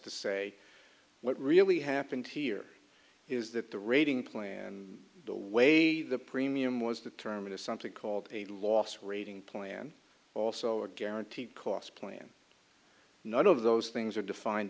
to say what really happened here is that the rating plan and the way the premium was determined is something called a loss rating plan also are guaranteed cost plan none of those things are defined